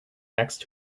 next